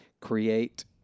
create